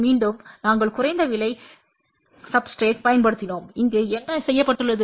மீண்டும் நாங்கள் குறைந்த விலை சப்ஸ்டிரேட்றைப் பயன்படுத்தினோம் இங்கு என்ன செய்யப்பட்டுள்ளது